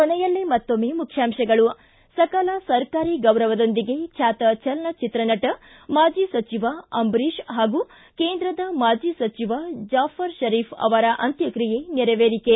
ಕೊನೆಯಲ್ಲಿ ಮತ್ತೊಮ್ನೆ ಮುಖ್ಯಾಂಶಗಳು ಿ ಸಕಲ ಸರ್ಕಾರಿ ಗೌರವದೊಂದಿಗೆ ಖ್ಯಾತ ಚಲನಚಿತ್ರ ನಟ ಮಾಜಿ ಸಚಿವ ಅಂಬರೀಷ್ ಹಾಗೂ ಕೇಂದ್ರದ ಮಾಜಿ ಸಚಿವ ಜಾಫರ್ ಷರೀಫ್ ಅವರ ಅಂತ್ಯಕ್ತಿಯೆ ನೆರವೇರಿಕೆ